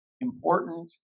important